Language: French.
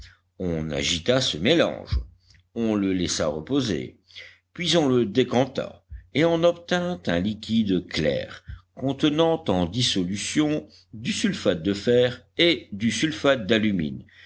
on agita ce mélange on le laissa reposer puis on le décanta et on obtint un liquide clair contenant en dissolution du sulfate de fer et du sulfate d'alumine